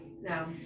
No